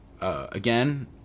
Again